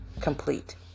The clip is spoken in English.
complete